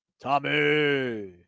Tommy